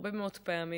הרבה מאוד פעמים,